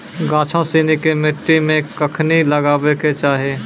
गाछो सिनी के मट्टी मे कखनी लगाबै के चाहि?